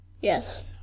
Yes